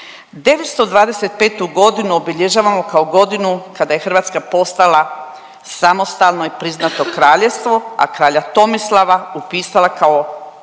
925. godinu obilježavamo kao godinu kada je Hrvatska postala samostalna i priznato kraljevstvo, a kralja Tomislava upisala kao